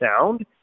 sound